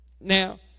Now